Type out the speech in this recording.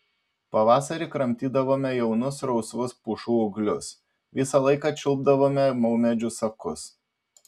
pavasarį kramtydavome jaunus rausvus pušų ūglius visą laiką čiulpdavome maumedžių sakus